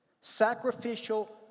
sacrificial